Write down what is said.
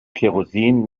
kerosin